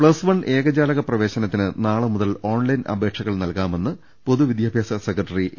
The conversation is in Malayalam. പ്ലസ് വൺ ഏകജാലക പ്രവേശനത്തിന് നാളെ മുതൽ ഓൺലൈൻ അപേക്ഷകൾ നൽകാമെന്ന് പൊതുവിദ്യാഭ്യാസ സെക്ര ട്ടറി എ